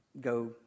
go